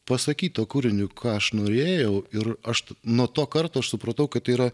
pasakyt tuo kūriniu ką aš norėjau ir aš nuo to karto aš supratau kad tai yra